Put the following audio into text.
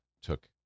took